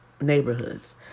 neighborhoods